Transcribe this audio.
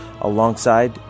alongside